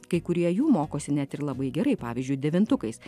kai kurie jų mokosi net ir labai gerai pavyzdžiui devintukais